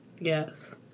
Yes